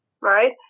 Right